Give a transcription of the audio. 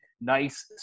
nice